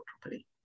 properly